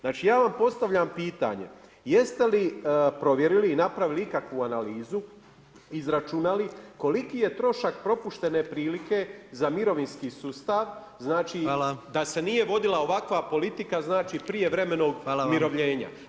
Znači ja vam postavljam pitanje jeste li provjerili i napravili ikakvu analizu, izračunali koliki je trošak propuštene prilike za mirovinski sustav, znači da se nije vodila ovakva politika, znači prije vremenog umirovljena.